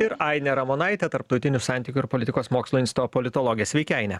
ir ainė ramonaitė tarptautinių santykių ir politikos mokslų instituto politologė sveiki aine